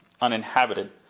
uninhabited